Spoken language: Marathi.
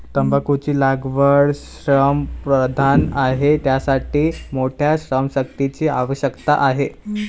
तंबाखूची लागवड श्रमप्रधान आहे, त्यासाठी मोठ्या श्रमशक्तीची आवश्यकता आहे